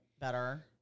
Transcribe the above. better